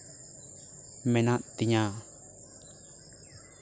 ᱢᱮᱱᱟᱜ ᱛᱤᱧᱟ